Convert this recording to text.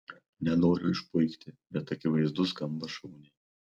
nenoriu išpuikti bet akivaizdu skamba šauniai